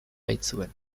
baitzuen